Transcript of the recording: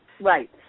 Right